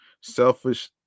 selfish